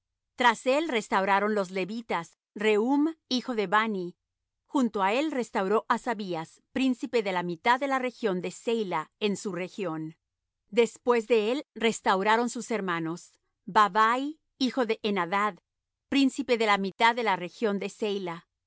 tras él restauraron los levitas rehum hijo de bani junto á él restauró asabías príncipe de la mitad de la región de ceila en su región después de él restauraron sus hermanos bavvai hijo de henadad príncipe de la mitad de la región de ceila